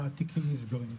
התיקים נסגרים.